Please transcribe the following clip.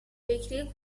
فکری